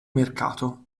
mercato